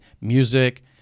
music